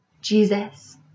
Jesus